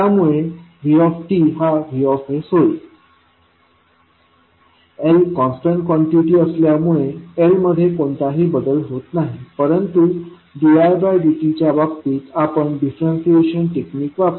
त्यामुळे v हा V होईल L कॉन्स्टंट कॉन्टिटी असल्यामुळे L मध्ये कोणताही बदल होत नाही परंतु didtच्या बाबतीत आपण डिफरेन्शीऐशन टेक्निक वापरू